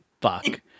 fuck